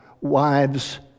Wives